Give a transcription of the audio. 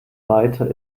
weiter